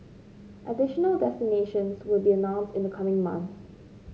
additional destinations will be announced in the coming months